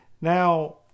now